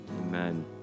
amen